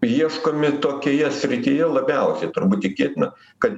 ieškomi tokioje srityje labiausiai turbūt tikėtina kad